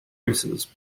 races